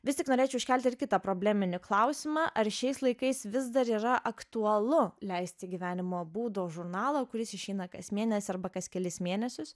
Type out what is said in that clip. vis tik norėčiau iškelti ir kitą probleminį klausimą ar šiais laikais vis dar yra aktualu leisti gyvenimo būdo žurnalą kuris išeina kas mėnesį arba kas kelis mėnesius